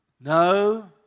no